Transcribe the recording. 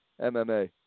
MMA